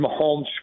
Mahomes